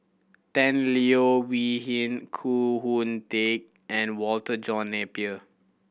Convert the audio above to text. Tan Leo Wee Hin Khoo Oon Teik and Walter John Napier